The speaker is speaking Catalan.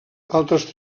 altres